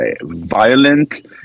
violent